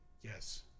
yes